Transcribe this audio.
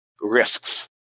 risks